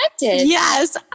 Yes